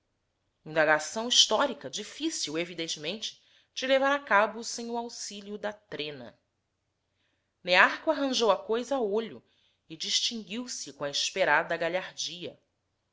indagação histórica difícil evidentemente de levar a cabo sem o auxilio da trena nearco arranjou a coisa a olho e distinguiu-se com a esperada galhardia